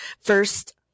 first